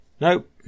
nope